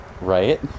Right